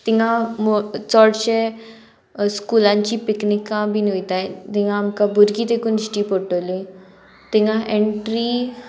तिंगा चडशे स्कुलांची पिकनिकां बीन वयताय तिंगा आमकां भुरगीं तेकून दिश्टी पडटली तिंगा एंट्री